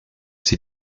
ces